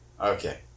Okay